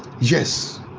Yes